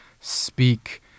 speak